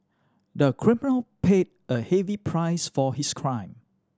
the criminal paid a heavy price for his crime